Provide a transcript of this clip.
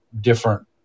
different